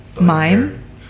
Mime